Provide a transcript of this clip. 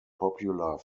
popular